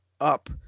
up